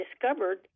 discovered